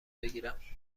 بگیرم